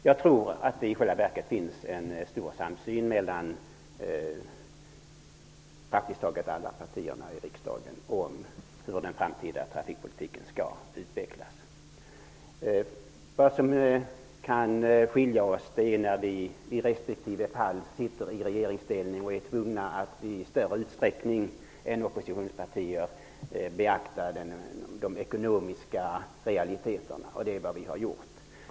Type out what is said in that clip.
Jag tror att det i själva verket finns en stor samsyn mellan praktiskt taget alla partier i riksdagen när det gäller hur den framtida trafikpolitiken skall utvecklas. Vad som kan skilja oss är när vi respektive ni sitter i regeringsställning och är tvungna att i större utsträckning än oppositionspartierna beakta de ekonomiska realiteterna, och det är vad vi har gjort.